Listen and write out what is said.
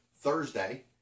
Thursday